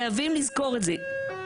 חייבים לזכור את זה.